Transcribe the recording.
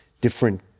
different